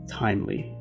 timely